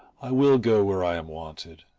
i will go where i am wanted,